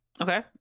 Okay